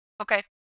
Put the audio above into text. Okay